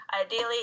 Ideally